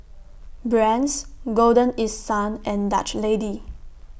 Brand's Golden East Sun and Dutch Lady